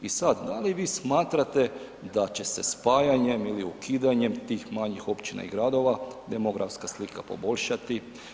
I sad, da li vi smatrate da će se spajanjem ili ukidanjem tih manjih općina i gradova demografska slika poboljšati?